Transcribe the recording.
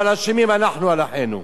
אבל אשמים אנחנו על אחינו.